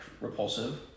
repulsive